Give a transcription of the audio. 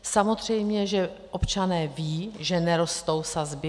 Samozřejmě že občané vědí, že nerostou sazby.